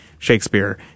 Shakespeare